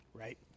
right